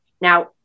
now